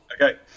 okay